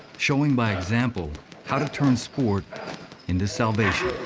showing by example how to turn sport into salvation.